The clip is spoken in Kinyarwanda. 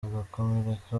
agakomereka